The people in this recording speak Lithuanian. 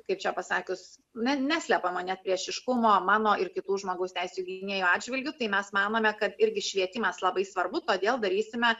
kaip čia pasakius na neslepiama net priešiškumo mano ir kitų žmogaus teisių gynėjų atžvilgiu tai mes manome kad irgi švietimas labai svarbu todėl darysime